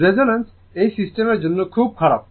resonance এই সিস্টেমের জন্য খুব খারাপ